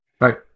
Right